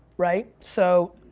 right? so,